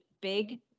big